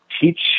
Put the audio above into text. teach